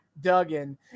duggan